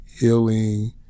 healing